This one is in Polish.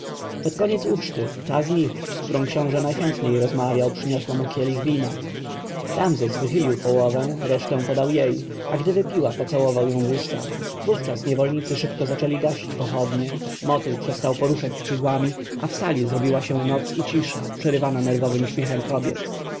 pod koniec uczty ta z nich z którą książę najchętniej rozmawiał przyniosła mu kielich wina ramzes wychylił połowę resztę podał jej a gdy wypiła pocałował ją w usta wówczas niewolnicy szybko zaczęli gasić pochodnie motyl przestał poruszać skrzydłami a w sali zrobiła się noc i cisza przerywana nerwowym śmiechem kobiet